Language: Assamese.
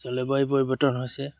জলবায়ু পৰিৱৰ্তন হৈছে